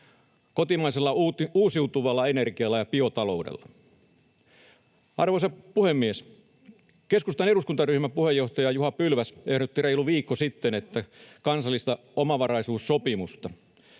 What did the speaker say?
kotimaisella uusiutuvalla energialla ja biotaloudella. Arvoisa puhemies! Keskustan eduskuntaryhmän puheenjohtaja Juha Pylväs ehdotti reilu viikko sitten kansallista omavaraisuussopimusta.